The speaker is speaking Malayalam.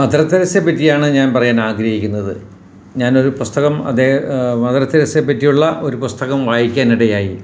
മദർ തെരേസയെപ്പറ്റിയാണ് ഞാൻ പറയാനാഗ്രഹിക്കുന്നത് ഞാനൊരു പുസ്തകം മതേ മദർ തെരേസയെപ്പറ്റിയുള്ള ഒരു പുസ്തകം വായിക്കാനിടയായി